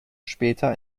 später